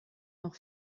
noch